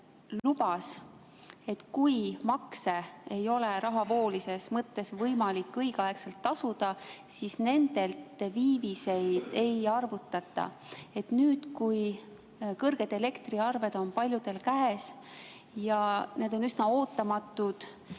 lubas, et kui makse ei ole rahavoolises mõttes võimalik õigeaegselt tasuda, siis nendelt viiviseid ei arvutata. Nüüd on kõrged elektriarved paljudel käes ja need on üsna ootamatud.